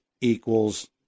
equals